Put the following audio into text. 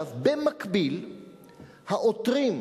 במקביל, העותרים,